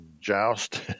joust